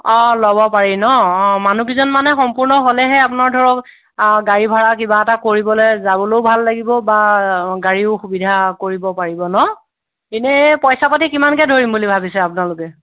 অঁ ল'ব পাৰি নহ্ অঁ মানুহকেইজন মানে সম্পূৰ্ণ হ'লেহে আপোনাৰ ধৰক গাড়ী ভাড়া কিবা এটা কৰিবলৈ যাবলৈও ভাল লাগিব বা গাড়ীও সুবিধা কৰিব পাৰিব নহ্ এনেই পইচা পাতি কিমানকৈ ধৰিম বুলি ভাবিছে আপোনালোকে